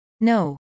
no